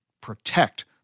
protect